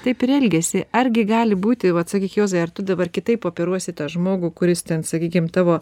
taip ir elgiasi argi gali būti vat sakyk juozai ar tu dabar kitaip operuosi tą žmogų kuris ten sakykim tavo